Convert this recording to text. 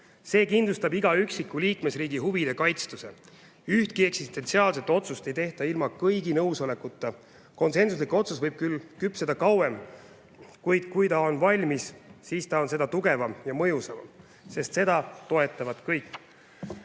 See kindlustab iga üksiku liikmesriigi huvide kaitstuse. Ühtki eksistentsiaalset otsust ei tehta ilma kõigi nõusolekuta. Konsensuslik otsus võib küll küpseda kauem, kuid kui ta on valmis, siis ta on seda tugevam ja mõjusam, sest seda toetavad kõik.